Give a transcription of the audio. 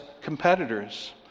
competitors